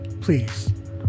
please